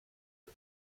who